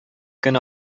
көн